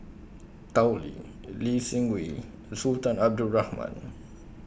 Tao Li Lee Seng Wee and Sultan Abdul Rahman